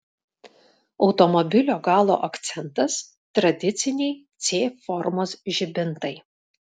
automobilio galo akcentas tradiciniai c formos žibintai